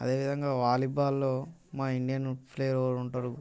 అదే విధంగా వాలీబాల్ మ ఇండియన్ ప్లేయర్ ఒకరు ఉంటారు